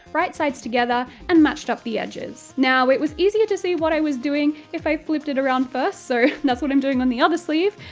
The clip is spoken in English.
right-sides together, and matched up the edges. now, it was easier to see what i was doing if i flipped it around first, so that's what i'm doing on the other sleeve,